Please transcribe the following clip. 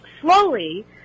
slowly